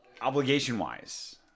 Obligation-wise